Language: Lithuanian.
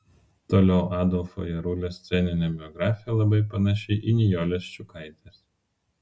toliau adolfo jarulio sceninė biografija labai panaši į nijolės ščiukaitės